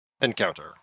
Encounter